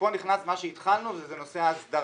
כאן נכנס מה שהתחלנו, וזה נושא ההסדרה.